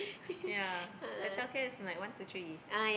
ya her childcare is like one to three